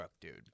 dude